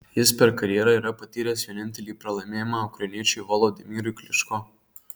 jis per karjerą yra patyręs vienintelį pralaimėjimą ukrainiečiui volodymyrui klyčko